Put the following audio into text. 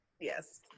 Yes